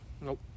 Nope